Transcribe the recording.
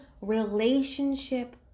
relationship